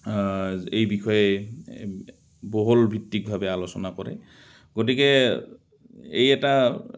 এই বিষয়ে বহল ভিত্তিকভাৱে আলোচনা কৰে গতিকে এই এটা